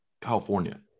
California